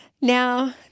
Now